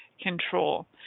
control